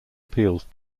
appeals